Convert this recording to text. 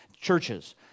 churches